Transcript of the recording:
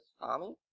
army